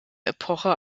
epoche